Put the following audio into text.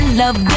love